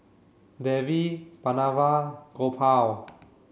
Devi Pranav Gopal